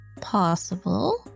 Possible